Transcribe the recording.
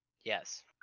yes